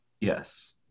Yes